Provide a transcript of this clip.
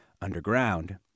underground